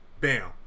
bam